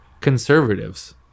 conservatives